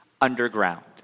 underground